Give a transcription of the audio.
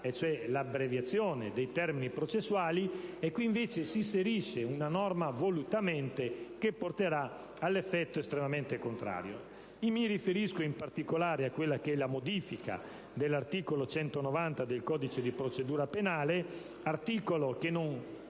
e cioè l'abbreviazione dei termini processuali: qui invece si inserisce una norma che volutamente porterà ad un effetto estremamente contrario. Mi riferisco in particolare alla modifica dell'articolo 190 del codice di procedura penale, articolo per